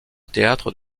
théâtre